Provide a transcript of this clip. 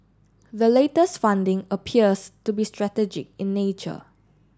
the latest funding appears to be strategic in nature